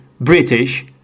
British